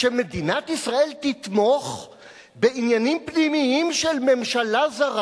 שמדינת ישראל תתערב בעניינים פנימיים של ממשלה זרה